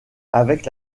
avec